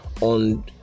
on